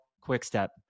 Quickstep